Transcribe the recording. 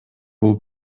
бул